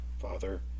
Father